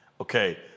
Okay